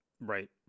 Right